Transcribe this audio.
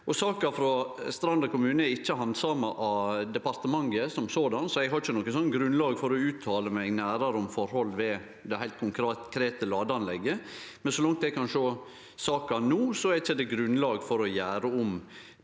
Saka frå Stranda kommune er ikkje handsama av departementet, så eg har ikkje noko grunnlag for å uttale meg nærmare om forhold ved det heilt konkrete ladeanlegget. Så langt eg kan sjå saka no, er det ikkje grunnlag for å gjere om